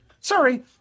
Sorry